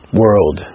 world